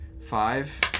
five